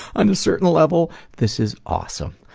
on a certain level this is awesome.